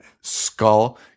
skull